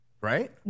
right